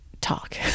talk